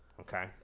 okay